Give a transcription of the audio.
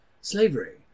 slavery